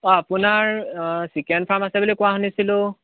অঁ আপোনাৰ chicken farm আছে বুলি কোৱা শুনিছিলোঁ